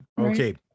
Okay